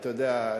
אתה יודע,